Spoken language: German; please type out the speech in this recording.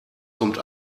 kommt